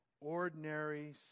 ordinary